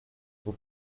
vous